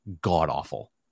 god-awful